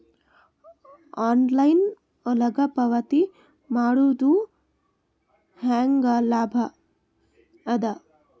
Online ಒಳಗ ಪಾವತಿ ಮಾಡುದು ಹ್ಯಾಂಗ ಲಾಭ ಆದ?